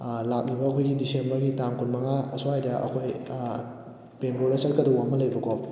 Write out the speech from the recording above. ꯂꯥꯛꯂꯤꯕ ꯑꯩꯈꯣꯏꯒꯤ ꯗꯤꯁꯦꯝꯕꯔꯒꯤ ꯇꯥꯡ ꯀꯨꯟ ꯃꯉꯥ ꯑꯁ꯭ꯋꯥꯏꯗ ꯑꯩꯈꯣꯏ ꯕꯦꯡꯒꯂꯣꯔ ꯆꯠꯀꯗꯕ ꯑꯃ ꯂꯩꯕꯀꯣ